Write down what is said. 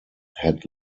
had